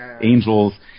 angels